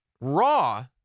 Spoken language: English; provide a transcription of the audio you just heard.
Raw